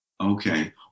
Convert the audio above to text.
Okay